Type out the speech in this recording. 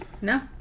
No